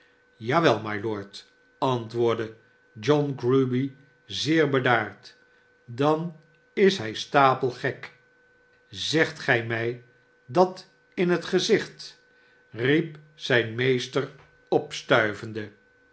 wel mylord antwoordde john grueby zeerbedaard dan is hij stapelgek zegt gij mij dat in het gezicht riep zijn meester opstuivende